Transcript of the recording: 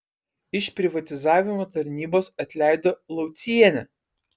iš privatizavimo tarnybos atleido laucienę